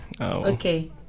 Okay